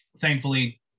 Thankfully